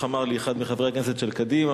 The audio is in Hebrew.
איך אמר לי אחד מחברי הכנסת של קדימה?